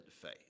faith